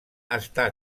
està